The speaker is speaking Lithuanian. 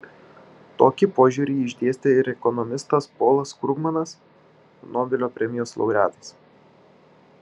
tokį požiūrį išdėstė ir ekonomistas polas krugmanas nobelio premijos laureatas